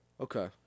Okay